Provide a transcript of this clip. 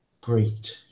great